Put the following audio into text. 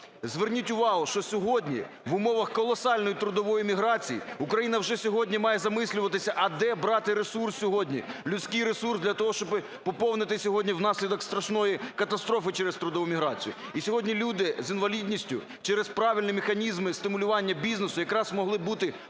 Зверніть увагу, що сьогодні в умовах колосальної трудової міграції Україна вже сьогодні має замислюватися, а де брати ресурс сьогодні, людський ресурс для того, щоби поповнити сьогодні внаслідок страшної катастрофи через трудову міграцію. І сьогодні люди з інвалідністю через правильні механізми стимулювання бізнесу якраз могли бути одним